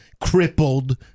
crippled